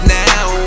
now